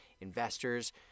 investors